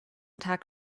tag